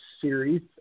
series